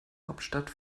hauptstadt